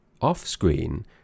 off-screen